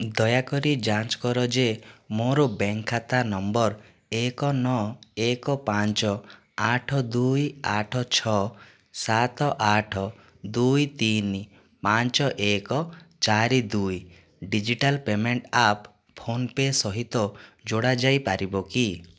ଦୟାକରି ଯାଞ୍ଚ କର ଯେ ମୋ'ର ବ୍ୟାଙ୍କ୍ ଖାତା ନମ୍ବର ଏକ ନଅ ଏକ ପାଞ୍ଚ ଆଠ ଦୁଇ ଆଠ ଛଅ ସାତ ଆଠ ଦୁଇ ତିନି ପାଞ୍ଚ ଏକ ଚାରି ଦୁଇ ଡିଜିଟାଲ୍ ପେମେଣ୍ଟ୍ ଆପ୍ ଫୋନ୍ପେ' ସହିତ ଯୋଡ଼ା ଯାଇପାରିବ କି